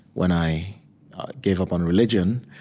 when i gave up on religion,